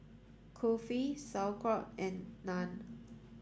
Kulfi Sauerkraut and Naan